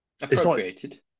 Appropriated